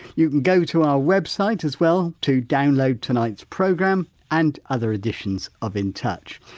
you can go to our website as well to download tonight's programme and other editions of in touch.